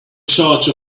charge